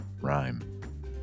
rhyme